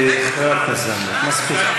חברת הכנסת זנדברג, מספיק.